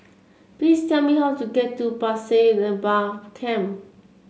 please tell me how to get to Pasir Laba Camp